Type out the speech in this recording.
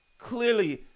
Clearly